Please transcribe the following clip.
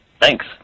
Thanks